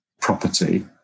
property